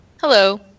Hello